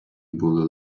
були